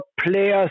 players